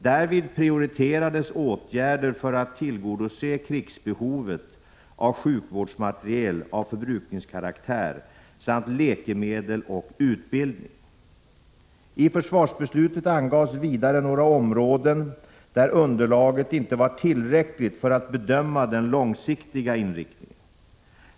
Därvid prioriterades åtgärder för att tillgodose krigsbehovet av sjukvårdsmateriel av förbrukningskaraktär samt läkemedel och utbildning. I försvarsbeslutet angavs vidare några områden där underlaget inte var tillräckligt för att bedöma den långsiktiga inriktningen.